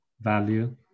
value